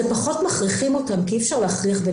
זה פחות מכריחים אותם כי אפשר להכריח בן אדם,